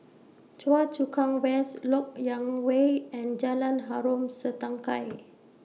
Choa Chu Kang West Lok Yang Way and Jalan Harom Setangkai